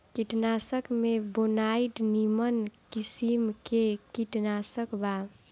कीटनाशक में बोनाइड निमन किसिम के कीटनाशक बा